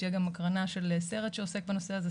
תהיה גם הקרנה של סרט תיעודי שעוסק בנושא הזה,